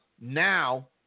Now